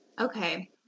Okay